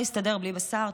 אפשר להסתדר בלי בשר.